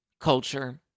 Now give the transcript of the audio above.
Culture